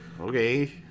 Okay